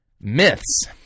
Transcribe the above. myths